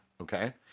okay